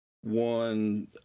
one